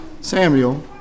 Samuel